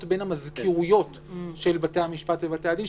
בין המזכירויות של בתי-המשפט ובתי הדין,